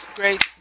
great